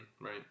Right